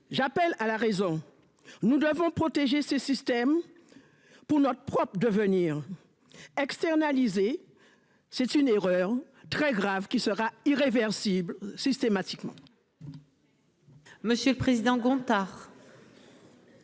J'appelle à la raison. Nous devons protéger ses systèmes. Pour notre propre devenir. Externaliser. C'est une erreur très grave qui sera irréversible systématiquement.